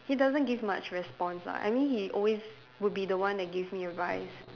he doesn't give much response lah I mean he always would be the one that give me advice